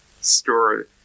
story